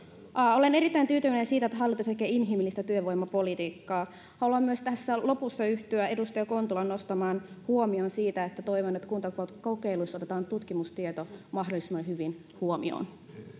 olen erittäin tyytyväinen siitä että hallitus tekee inhimillistä työvoimapolitiikkaa haluan myös tässä lopussa yhtyä edustaja kontulan nostamaan huomioon siitä että toivon että kuntakokeilussa otetaan tutkimustieto mahdollisimman hyvin huomioon